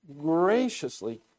graciously